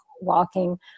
walking